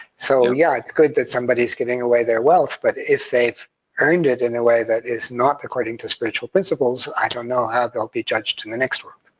so yes, yeah it's good that somebody is giving away their wealth, but if they've earned it in a way that is not according to spiritual principles, i don't know how they'll be judged in the next world.